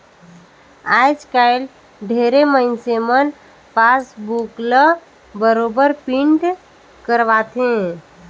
आयज कायल ढेरे मइनसे मन पासबुक ल बरोबर पिंट करवाथे